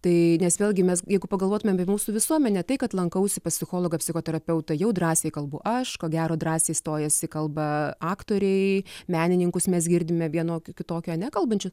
tai nes vėlgi mes jeigu pagalvotumėm apie mūsų visuomenę tai kad lankausi pas psichologą psichoterapeutą jau drąsiai kalbu aš ko gero drąsiai stojasi kalba aktoriai menininkus mes girdime vienokių kitokių ane kalbančių